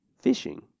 fishing